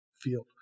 field